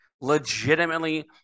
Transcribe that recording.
Legitimately